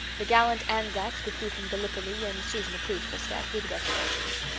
the gallant anzacs withdrew from gallipoli and susan approved the step, with reservations.